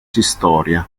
historia